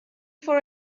for